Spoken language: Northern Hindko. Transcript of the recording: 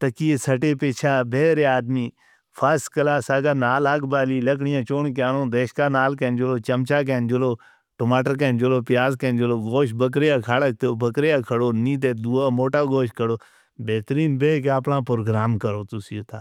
تکیاں سٹے پچھا بہرے آدمی فاس کلاس آ گا نال آگ بالی لکڑیاں چونکیاں نو دیشکا نال کہنجلو: چمچہ کہنجلو، ٹماتر کہنجلو، پیاز کہنجلو، گوشت بکریہ کھڑکتے، بکریہ کھڑو، نیند دعا موٹا گوشت کھڑو۔ بہترین بیک اپنا پروگرام کرو تسیر اتھا۔